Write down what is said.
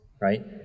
right